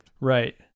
Right